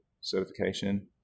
certification